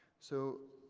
so